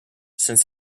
since